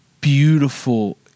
beautiful